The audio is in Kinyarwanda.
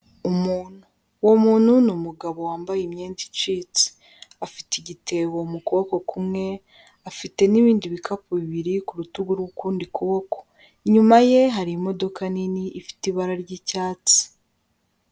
Umuntu uwo umuntu numu umugabo wambaye imyenda icitse afite igitebo mu kuboko kumwe afite n'ibindi bikapu bibiri ku rutugu rw'ukundi kuboko inyuma ye hari imodoka nini ifite ibara ry'icyatsi.